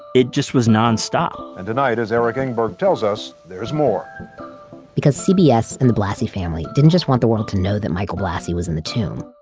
it just was nonstop and tonight as eric enberg tells us, there's more because cbs and the blassi family didn't just want the world to know that michael blassi was in the tomb,